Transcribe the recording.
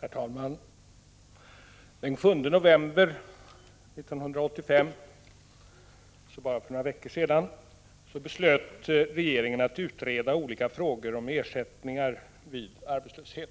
Herr talman! Den 7 november 1985, alltså för bara några veckor sedan, beslöt regeringen att utreda olika frågor om ersättningarna vid arbetslöshet.